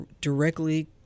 directly